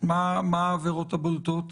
מה העברות הבולטות?